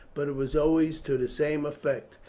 but it was always to the same effect,